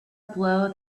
blow